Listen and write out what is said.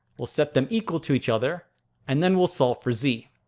we'll set them equal to each other and then we'll solve for z.